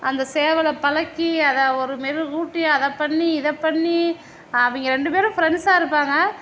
அந்த சேவலை பழக்கி அதை ஒரு மெருகூட்டி அதை பண்ணி இதை பண்ணி அவிங்க ரெண்டு பேரும் ஃப்ரெண்ட்ஸாக இருப்பாங்க